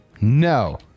no